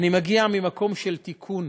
אני מגיע ממקום של תיקון.